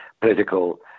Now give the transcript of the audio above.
Political